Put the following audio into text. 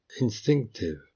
instinctive